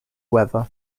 weather